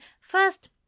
first